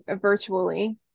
virtually